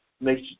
Makes